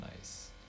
nice